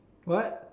what